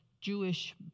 Jewish